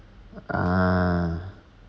ah